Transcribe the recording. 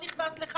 לך